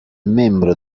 membro